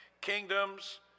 kingdoms